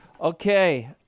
Okay